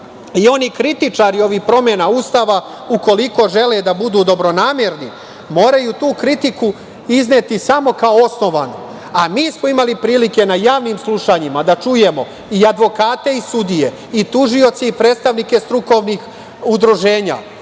kritičari ovih promena Ustava ukoliko žele da budu dobronamerni moraju tu kritiku izneti samo kao osnovanu, a mi smo imali prilike na javnim slušanjima da čujemo i advokate i sudije, i tužioce i predstavnike strukovnih udruženja,